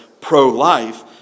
pro-life